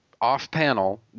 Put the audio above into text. off-panel